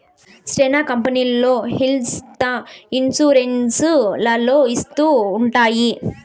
శ్యానా కంపెనీలు health insurance లలో ఇత్తూ ఉంటాయి